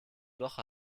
doch